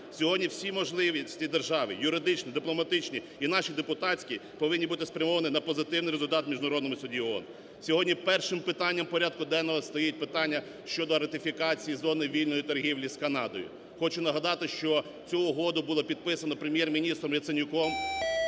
Сьогодні всі можливості держави – юридичні, дипломатичні і наші депутатські – повинні бути спрямовані на позитивний результат у Міжнародному суді ООН. Сьогодні першим питанням порядку денного стоїть питання щодо ратифікації зони вільної торгівлі з Канадою. Хочу нагадати, що цю угоду було підписано Прем'єр-міністром Яценюком,